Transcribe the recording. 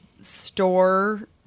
store